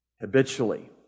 Habitually